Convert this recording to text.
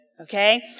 Okay